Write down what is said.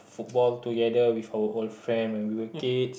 football together with our old friend when we were kids